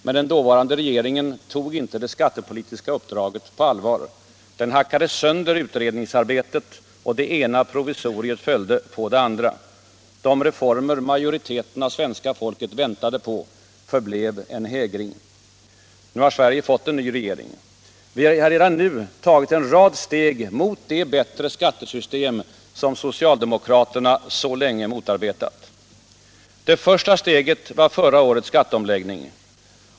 Men den dåvarande regeringen tog inte det skattepolitiska uppdraget på allvar. Den hackade sönder utredningsarbetet. Det ena provisoriet följde på det andra. De reformer majoriteten av svenska folket väntade på förblev en hägring. Nu har Sverige fått en ny regering. Vi har redan nu tagit en rad steg mot det bättre skattesystem som socialdemokraterna så länge motarbetat. Det första steget var förra årets skatteomläggning.